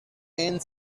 and